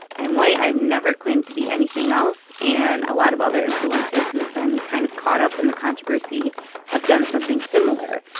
i'm white. i've never claimed to be anything else. and a lot of other influencers who have been kind of caught up in the controversy have done something similar.